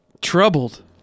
troubled